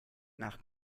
nach